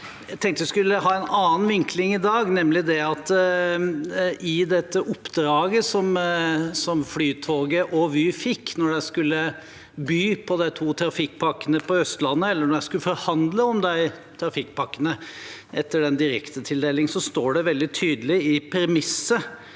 Jeg tenkte jeg skulle ha en annen vinkling i dag: I det oppdraget som Flytoget og Vy fikk da de skulle by på de to trafikkpakkene på Østlandet, eller da de skulle forhandle om de trafikkpakkene etter den direktetildelingen, står det veldig tydelig i premisset